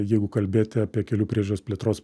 jeigu kalbėti apie kelių priežiūros plėtros